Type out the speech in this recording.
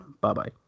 Bye-bye